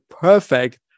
perfect